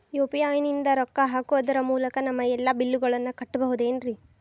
UPI ನಿಂದ ರೊಕ್ಕ ಹಾಕೋದರ ಮೂಲಕ ನಮ್ಮ ಎಲ್ಲ ಬಿಲ್ಲುಗಳನ್ನ ಕಟ್ಟಬಹುದೇನ್ರಿ?